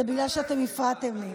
זה בגלל שאתם הפרעתם לי.